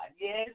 yes